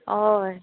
हय